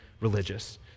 religious